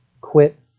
Quit